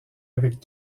avec